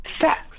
sex